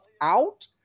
out